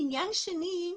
עניין שני,